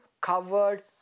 covered